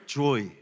joy